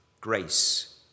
grace